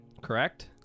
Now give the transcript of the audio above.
Correct